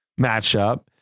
matchup